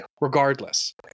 regardless